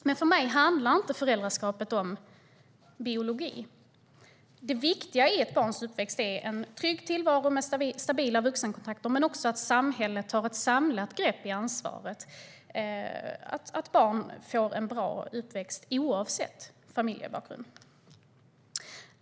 Men för mig handlar inte föräldraskapet om biologi. Det viktiga i ett barns uppväxt är en trygg tillvaro med stabila vuxenkontakter men också att samhället tar ett samlat grepp om ansvaret, att barn får en bra uppväxt oavsett familjebakgrund.